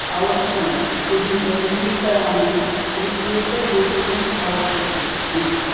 आवश्यकं यदि वयं चिन्तयामः तर्हि एतद्वस्तूनि आवश्यकमस्ति